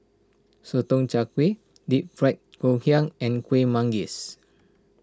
Sotong Char Kway Deep Fried Ngoh Hiang and Kueh Manggis